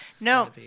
No